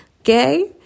okay